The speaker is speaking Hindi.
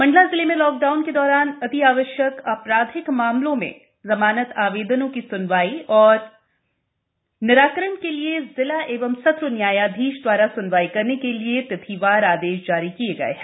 मंडला जिले में लाकडाउन के दौरान अत्यावश्यक आपराधिक मामलों में जमानत आवेदनों की स्नवाई एवं निराकरण के लिए जिला एवं सत्र न्यायाधीश द्वारा सुनवाई करने के लिए तिथिवार आदेश जारी किए गये हैं